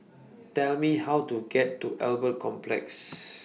Tell Me How to get to Albert Complex